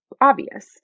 obvious